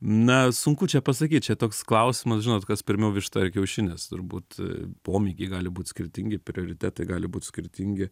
na sunku čia pasakyt čia toks klausimas žinot kas pirmiau višta ar kiaušinis turbūt pomėgiai gali būt skirtingi prioritetai gali būt skirtingi